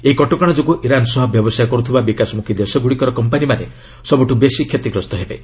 ଏହି କଟକଣା ଯୋଗୁଁ ଇରାନ୍ ସହ ବ୍ୟବସାୟ କରୁଥିବା ବିକାଶମୁଖୀ ଦେଶଗୁଡ଼ିକର କମ୍ପାନୀମାନେ ସବୁଠୁ ବେଶି କ୍ଷତିଗ୍ରସ୍ତ ହେବେ